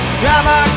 drama